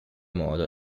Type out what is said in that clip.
modo